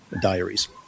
diaries